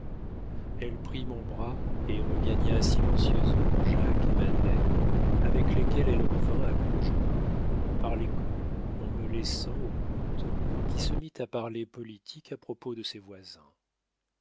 elle prit mon bras et regagna silencieusement jacques et madeleine avec lesquels elle revint à clochegourde par les clos en me laissant au comte qui se mit à parler politique à propos de ses voisins